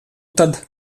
tad